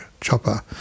chopper